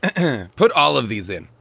and put all of these in,